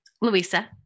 Louisa